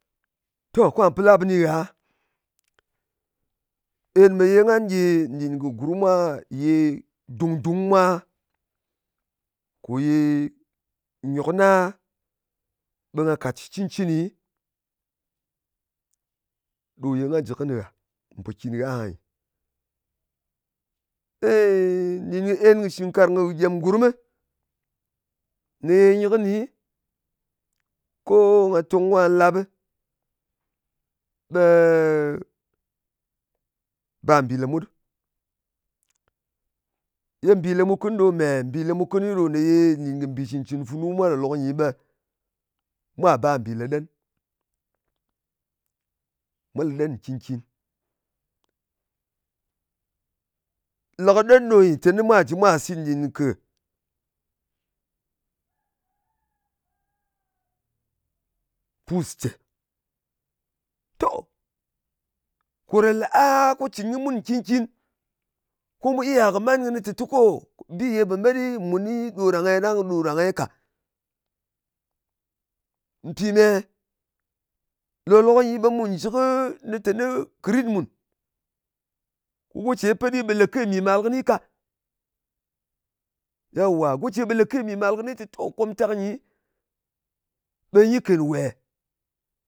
To, ko nga pɨn lap kɨni ngha, ɓe nɗin kɨ gurm mwa ye dung-dung mwa, kò ye nyòk na ɓe nga kàt shɨ cɨncɨni ɗo ye nga jɨ kɨni ngha, mpòkin gha ahanyɨ. Ey, nɗin kɨ en kɨ gyem gurmɨ, ne ye nyɨ kɨni, ko nga tong kà lap ɓɨ, ɓe ba mbì lemut ɗɨ. Ye mbì lemut kɨni ɗo me? Mbì lèmut kɨni ɗo mbì cɨn-cɨn funu mwa lòk-lok nyi ɓe mwa ba mbì leɗen. Mwa lèɗen nkin-kin. Le kɨ ɗen ɗo nyɨ, teni mwa jɨ mwa sit nɗin kɨ pùs ce. To, ko ɗa le a, ko cɨn kɨ mun nkin-kin. Ko mu iya kɨ man kɨni tè tu ko, bi ye pò met ɗi muni, ɗo ɗang-e, ɗang ɗo ɗan-e ka. Mpì me? Lòk-lok nyi ɓe mu jɨ kɨ, lɨ teni kɨ rit mùn. Ko go ce pet ɗi ɓe lē ke mì màl kɨni ka. Yaw wà, go ce ɓe le ke mì mal kɨni, tè to komtak nyi ɓe nyi èn wè?